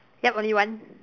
yup only one